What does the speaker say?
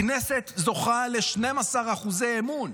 הכנסת זוכה ל-12% אמון.